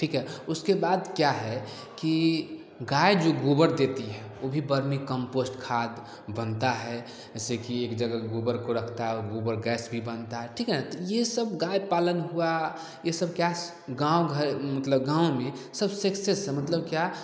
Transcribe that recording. ठीक है उसके बाद क्या है कि गाय जो गोबर देती है ऊ भी बड़ नीक कम्पोस्ट खाद बनता है जैसे कि एक जगह गोबर को रखता है और गोबर गैस भी बनता है ठीक है ना ये सब गाय पालन हुआ ये सब क्या गाँव घर मतलब गांव में सक्सेस है मतलब क्या